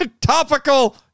topical